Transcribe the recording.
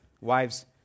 wives